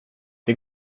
det